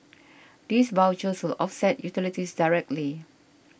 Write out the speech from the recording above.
these vouchers will offset utilities directly